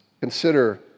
Consider